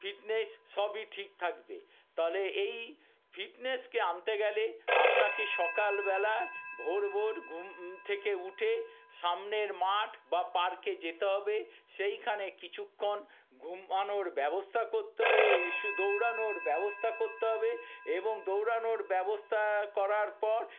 fitness সবই ঠিক থাকবে তালে এই ফিটনেসকে আনতে গেলে আপনাকে সকালবেলা ভোর ভোর ঘুম থেকে উঠে সামনের মাঠ বা পার্কে যেতে হবে সেইখানে কিছুক্ষণ ঘুমানোর ব্যবস্থা করতে এই দৌড়ানোর ব্যবস্থা করতে হবে এবং দৌড়ানোর ব্যবস্থা করার পর